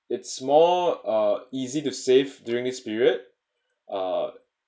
it's more uh easy to save during the period uh